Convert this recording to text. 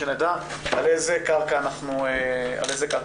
שנדע על איזה קרקע אנחנו עומדים.